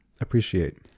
appreciate